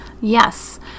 Yes